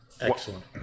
Excellent